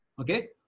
okay